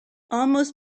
almost